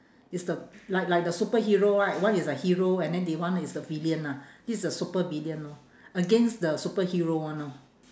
it's the like like the superhero right one is a hero and then the one is a villain lah this is a supervillain lor against the superhero one lor